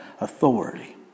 authority